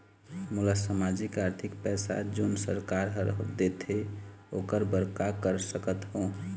मोला सामाजिक आरथिक पैसा जोन सरकार हर देथे ओकर बर का कर सकत हो?